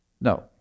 No